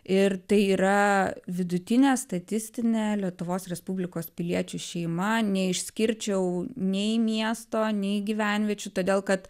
ir tai yra vidutinė statistinė lietuvos respublikos piliečių šeima neišskirčiau nei miesto nei gyvenviečių todėl kad